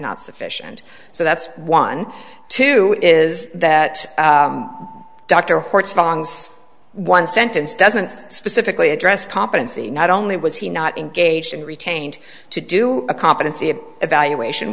not sufficient so that's one too is that dr horton one sentence doesn't specifically address competency not only was he not engaged in retained to do a competency of evaluation